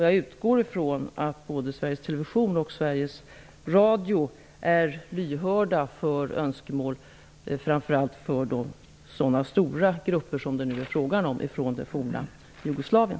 Jag utgår från att både Sveriges Television och Sveriges Radio är lyhörda för önskemål framför allt från så stora grupper som det nu är fråga om från det forna Jugoslavien.